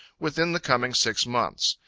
within the coming six months.